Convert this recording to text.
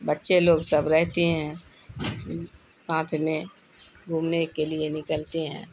بچے لوگ سب رہتے ہیں ساتھ میں گھومنے کے لیے نکلتے ہیں